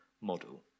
model